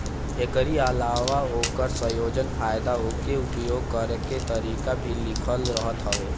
एकरी अलावा ओकर संयोजन, फायदा उके उपयोग करे के तरीका भी लिखल रहत हवे